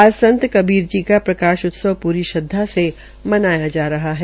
आज संत कबीर जी का प्रकाश उत्सव पूरी श्रद्वा से मनाया जा रहा है